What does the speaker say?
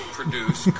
produce